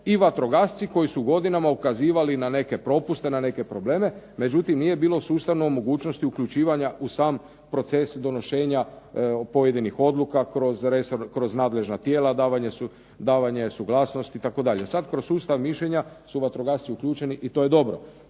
i vatrogasci koji su godinama ukazivali na neke propuste, na neke probleme, međutim nije bilo sustavno u mogućnosti uključivanja u sam proces donošenja pojedinih odluka kroz nadležna tijela, davanje suglasnosti itd. Sad kroz sustav mišljenja su vatrogasci uključeni i to je dobro.